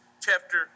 chapter